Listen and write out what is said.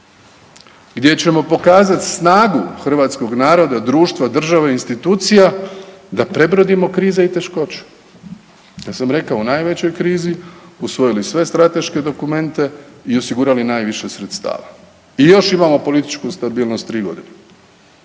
Gdje ćemo pokazat snagu hrvatskog naroda, društva, države, institucija da prebrodimo krize i teškoće. Ja sam rekao u najvećoj krizi usvojili sve strateške dokumente i osigurali najviše sredstava i još imamo političku stabilnost 3 godine,